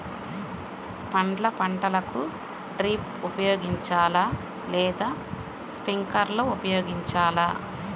పండ్ల పంటలకు డ్రిప్ ఉపయోగించాలా లేదా స్ప్రింక్లర్ ఉపయోగించాలా?